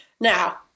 now